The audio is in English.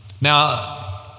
Now